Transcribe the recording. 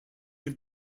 have